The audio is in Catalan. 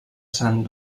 sant